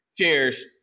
Cheers